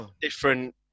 different